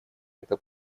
это